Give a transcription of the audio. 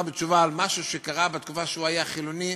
בתשובה על משהו שקרה בתקופה שהוא היה חילוני,